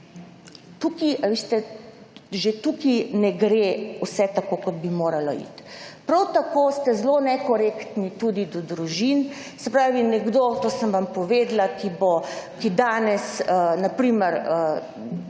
zamujalo. Veste, že tu ne gre vse tako, kot bi moralo iti. Prav tako ste zelo nekorektni tudi do družin. Se pravi, nekdo – to sem vam povedala -, ki danes, na primer,